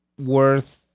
worth